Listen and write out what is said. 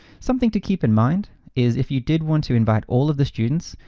something to keep in mind is if you did want to invite all of the students,